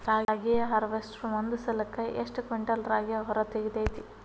ರಾಗಿಯ ಹಾರ್ವೇಸ್ಟರ್ ಒಂದ್ ಸಲಕ್ಕ ಎಷ್ಟ್ ಕ್ವಿಂಟಾಲ್ ರಾಗಿ ಹೊರ ತೆಗಿತೈತಿ?